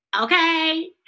okay